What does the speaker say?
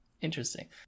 Interesting